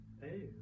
Hey